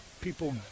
people